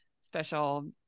special